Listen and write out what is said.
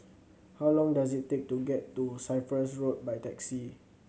how long does it take to get to Cyprus Road by taxi